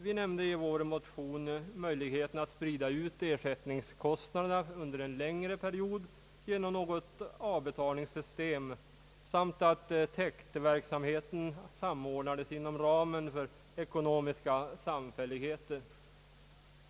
Vi nämnde i vår motion möjligheten att sprida ut ersättningskostnaderna på en längre period genom något avbetalningssystem samt att täktverksamheten samordnades inom ramen för ekonomiska samfälligheter.